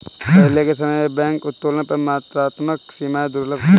पहले के समय में बैंक उत्तोलन पर मात्रात्मक सीमाएं दुर्लभ थीं